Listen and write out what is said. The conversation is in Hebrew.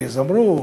כי אז אמרו: